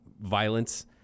violence